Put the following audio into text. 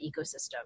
ecosystem